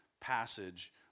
passage